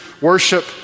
worship